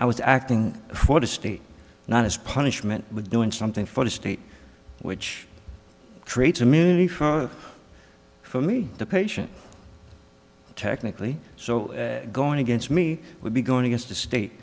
i was acting for the state not as punishment with doing something for the state which creates immunity from for me the patient technically so going against me would be going against the state